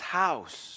house